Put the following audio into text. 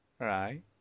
Right